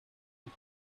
est